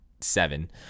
seven